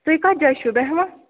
تُہۍ کَتھ جایہِ چھُو بیٚہوان